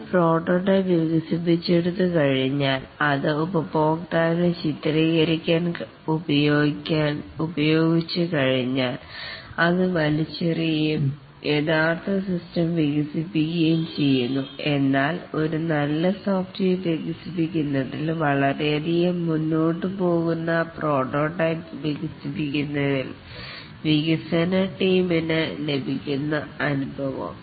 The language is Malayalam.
ഒരു പ്രോട്ടോടൈപ്പ് വികസിപ്പിച്ചെടുത്ത കഴിഞ്ഞാൽ അത് ഉപഭോക്താവിന് ചിത്രീകരിക്കാൻ ഉപയോഗിച്ച് കഴിഞ്ഞാൽ അത് വലിച്ചെറിയപ്പെട്ടകയും യഥാർത്ഥ സിസ്റ്റം വികസിപ്പിക്കുകയും ചെയ്യുന്നു എന്നാൽ ഒരു നല്ല സോഫ്റ്റ്വെയർ വികസിപ്പിക്കുന്നതിൽ വളരെയധികം മുന്നോട്ട് പോകുന്ന പ്രോട്ടോടൈപ്പ് വികസിപ്പിക്കുന്നതിൽ വികസന ടീമിന് ലഭിക്കുന്ന അനുഭവം